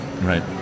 Right